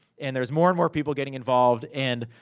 and there's more and more people getting involved. and,